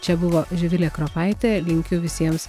čia buvo živilė kropaitė linkiu visiems